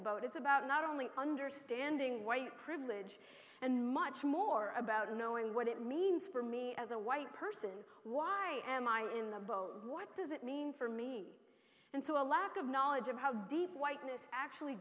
the boat is about not only understanding white privilege and much more about knowing what it means for me as a white person why am i in the boat what does it mean for me and to a lack of knowledge of how deep whiteness actually